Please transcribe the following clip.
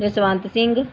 Jaswant Singh